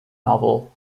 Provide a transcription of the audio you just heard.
novel